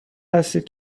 هستید